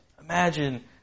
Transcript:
Imagine